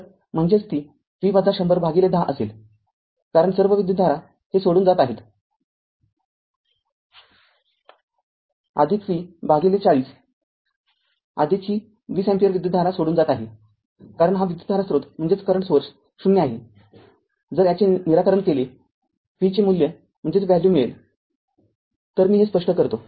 तर म्हणजेच ती V १००१० असेल कारण सर्व विद्युतधारा हे सोडून जात आहे V४०ही २० अँपिअर विद्युतधारा सोडून जात आहे कारण हा विद्युतधारा स्रोत ० आहे जर याचे निराकरण केले V चे मूल्य मिळेल तर मी हे स्पष्ट करतो